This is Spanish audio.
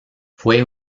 fue